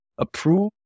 Approve